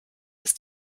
ist